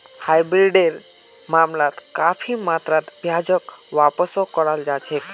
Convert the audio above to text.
हाइब्रिडेर मामलात काफी मात्रात ब्याजक वापसो कराल जा छेक